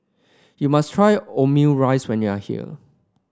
you must try Omurice when you are here